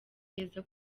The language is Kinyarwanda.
heza